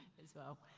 as well.